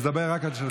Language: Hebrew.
דבר רק על שלך.